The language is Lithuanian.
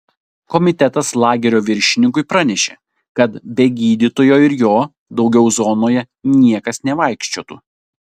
komitetas lagerio viršininkui pranešė kad be gydytojo ir jo daugiau zonoje niekas nevaikščiotų